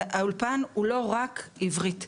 האולפן הוא לא רק עברית,